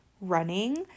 running